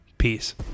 Peace